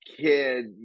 kid